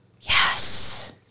Yes